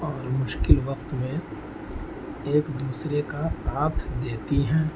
اور مشکل وقت میں ایک دوسرے کا ساتھ دیتی ہیں